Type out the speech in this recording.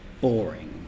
boring